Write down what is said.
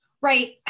Right